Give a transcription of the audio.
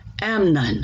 Amnon